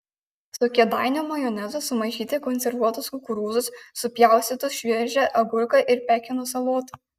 su kėdainių majonezu sumaišyti konservuotus kukurūzus supjaustytus šviežią agurką ir pekino salotą